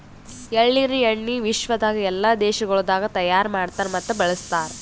ಎಳ್ಳಿನ ಎಣ್ಣಿ ವಿಶ್ವದಾಗ್ ಎಲ್ಲಾ ದೇಶಗೊಳ್ದಾಗ್ ತೈಯಾರ್ ಮಾಡ್ತಾರ್ ಮತ್ತ ಬಳ್ಸತಾರ್